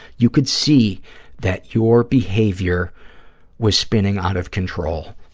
you could see that your behavior was spinning out of control,